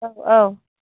औ औ